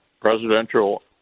presidential